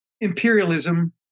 imperialism